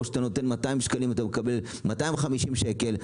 או במקום 200 שקלים אתה מקבל 250 שקל,